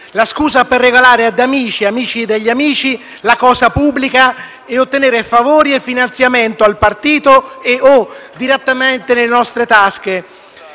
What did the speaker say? alla scusa per regalare ad amici e agli amici degli amici la cosa pubblica e ottenere favori e finanziamenti al partito e o direttamente dalle nostre tasche.